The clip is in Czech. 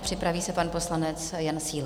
Připraví se pan poslanec Jan Síla.